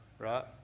Right